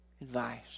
advice